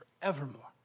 forevermore